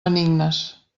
benignes